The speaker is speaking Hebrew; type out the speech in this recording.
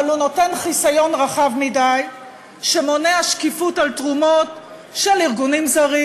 אבל הוא נותן חיסיון רחב מדי שמונע שקיפות של תרומות של ארגונים זרים,